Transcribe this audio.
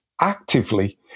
actively